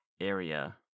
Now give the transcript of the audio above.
area